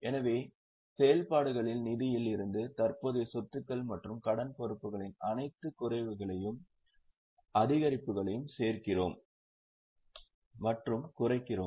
எனவே செயல்பாடுகளின் நிதியில் இருந்து தற்போதைய சொத்துகள் மற்றும் கடன் பொறுப்புகளின் அனைத்து குறைவுகளையும் அதிகரிப்புகளையும் சேர்க்கிறோம்